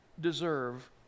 deserve